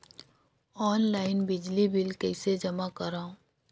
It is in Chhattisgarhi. ऑनलाइन बिजली बिल कइसे जमा करव?